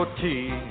tea